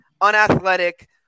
unathletic